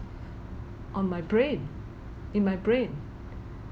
on my brain in my brain